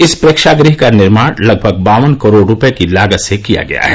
इस प्रेक्षागृह का निर्माण लगभग बावन करोड़ रूपए को लागत से किया गया है